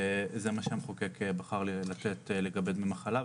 שזה מה שהמחוקק בחר לתת לגבי דמי מחלה,